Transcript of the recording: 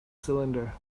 cylinder